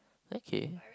okay